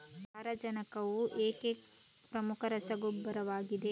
ಸಾರಜನಕವು ಏಕೆ ಪ್ರಮುಖ ರಸಗೊಬ್ಬರವಾಗಿದೆ?